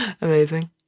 Amazing